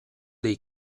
dei